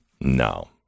No